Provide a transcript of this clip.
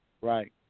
Right